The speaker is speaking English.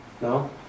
No